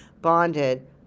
bonded